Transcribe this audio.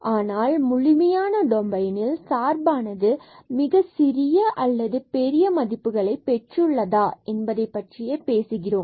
ஆனால் நாம் முழுமையான டொமைனில் சார்பானது மிகச் சிறிய அல்லது பெரிய மதிப்புகளை பெற்றுள்ளதா என்பதை பற்றியே பேசுகிறோம்